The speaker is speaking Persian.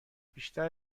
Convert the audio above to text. بیشتر